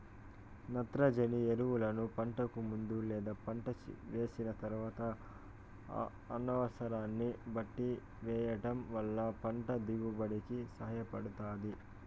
నత్రజని ఎరువులను పంటకు ముందు లేదా పంట వేసిన తరువాత అనసరాన్ని బట్టి వెయ్యటం వల్ల పంట దిగుబడి కి సహాయపడుతాది